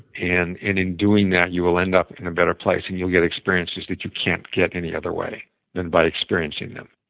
and in in doing that, you will end up in a better place and you'll get experiences that you can't get any other way than by experiencing them.